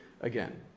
again